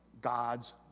God's